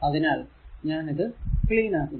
അതിനാൽ ഞാൻ ഇത്ക്ലീൻ ആക്കുന്നു